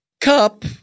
cup